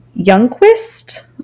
Youngquist